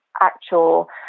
actual